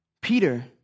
Peter